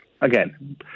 again